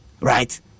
Right